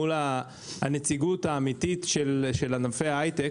מול הנציגות האמיתית של ענפי ההייטק,